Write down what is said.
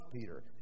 Peter